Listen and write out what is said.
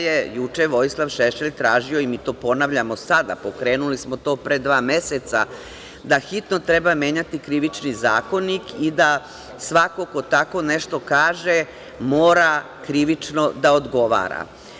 Juče je Vojislav Šešelj tražio, i mi to ponavljamo sada, pokrenuli smo to pre dva meseca, da hitno treba menjati Krivični zakonik i da svako ko tako nešto kaže mora krivično da odgovara.